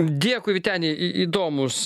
dėkui vyteni į įdomūs